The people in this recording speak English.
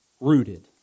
Rooted